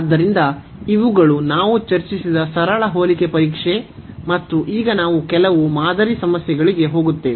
ಆದ್ದರಿಂದ ಇವುಗಳು ನಾವು ಚರ್ಚಿಸಿದ ಸರಳ ಹೋಲಿಕೆ ಪರೀಕ್ಷೆ ಮತ್ತು ಈಗ ನಾವು ಕೆಲವು ಮಾದರಿ ಸಮಸ್ಯೆಗಳಿಗೆ ಹೋಗುತ್ತೇವೆ